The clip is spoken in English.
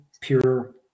pure